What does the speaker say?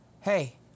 Hey